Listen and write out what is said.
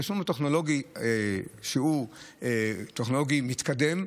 התשלום הטכנולוגי, שהוא טכנולוגי מתקדם,